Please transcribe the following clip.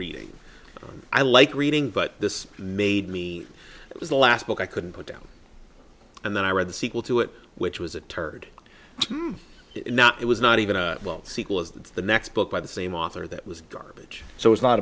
reading i like reading but this made me it was the last book i couldn't put down and then i read the sequel to it which was a turd it was not even a sequel is the next book by the same author that was garbage so it's not